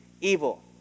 evil